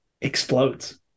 explodes